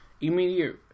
immediate